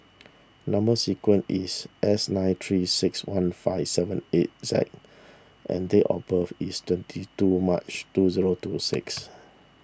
Number Sequence is S nine three six one five seven eight Z and date of birth is twenty two March two zero two six